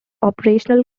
operational